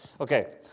Okay